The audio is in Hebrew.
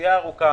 הנסיעה הארוכה,